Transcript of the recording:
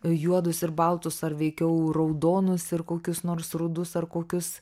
juodus ir baltus ar veikiau raudonus ir kokius nors rudus ar kokius